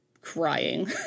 crying